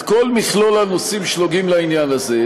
כל מכלול הנושאים שנוגעים לעניין הזה,